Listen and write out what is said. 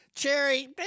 Cherry